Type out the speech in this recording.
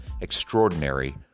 extraordinary